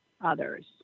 others